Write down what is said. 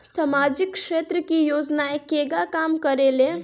सामाजिक क्षेत्र की योजनाएं केगा काम करेले?